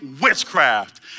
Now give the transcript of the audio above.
witchcraft